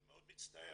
אני מצטער.